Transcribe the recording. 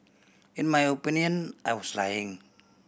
in my opinion I was lying